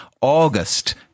August